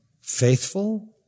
faithful